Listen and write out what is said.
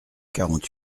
quarante